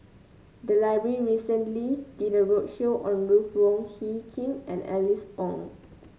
the library recently did a roadshow on Ruth Wong Hie King and Alice Ong